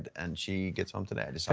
and she gets home today. so